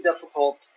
difficult